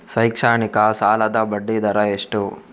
ಶೈಕ್ಷಣಿಕ ಸಾಲದ ಬಡ್ಡಿ ದರ ಎಷ್ಟು?